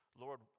Lord